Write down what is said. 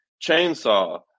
chainsaw